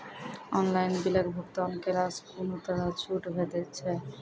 Online बिलक भुगतान केलासॅ कुनू तरहक छूट भेटै छै?